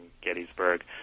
Gettysburg